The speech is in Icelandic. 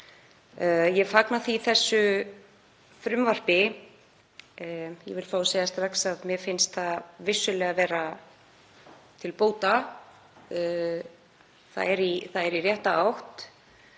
Ég fagna því þessu frumvarpi. Ég vil fá að segja strax að mér finnst það vissulega vera til bóta, það er í rétta átt.